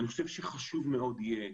אני חושב שחשוב מאוד יהיה,